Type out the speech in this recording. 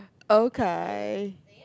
okay